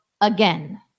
again